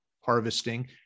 harvesting